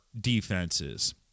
defenses